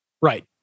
right